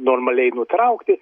normaliai nutraukti